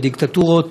בדיקטטורות,